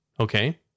Okay